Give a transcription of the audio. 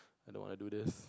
and I don't want to do this